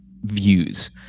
views